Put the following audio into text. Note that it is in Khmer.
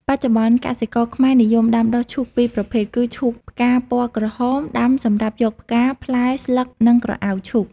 បច្ចុប្បន្ន កសិករខ្មែរនិយមដាំដុះឈូក២ប្រភេទគឺឈូកផ្កាពណ៌ក្រហម ដាំសម្រាប់យកផ្កា ផ្លែ ស្លឹក និងក្រអៅឈូក ។